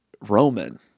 Roman